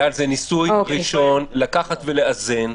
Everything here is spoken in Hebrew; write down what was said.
איל, זה ניסוי ראשון לקחת ולאזן ולהגיד: